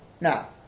Now